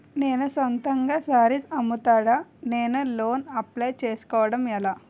నేను సొంతంగా శారీస్ అమ్ముతాడ, నేను లోన్ అప్లయ్ చేసుకోవడం ఎలా?